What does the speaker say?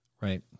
right